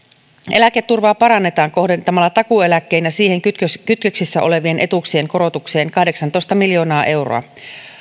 eläketurvaa parannetaan kohdentamalla takuueläkkeen ja siihen kytköksissä kytköksissä olevien etuuksien korotukseen kahdeksantoista miljoonaa euroa